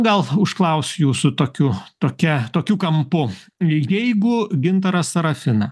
gal užklausiu jūsų tokių tokia tokiu kampu jeigu gintarą serafiną